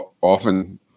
often